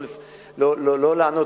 לא לענות,